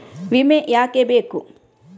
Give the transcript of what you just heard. ವಿಮೆ ಯಾಕೆ ಬೇಕು?